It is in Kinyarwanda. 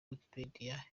wikipedia